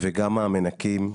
וגם המנקים,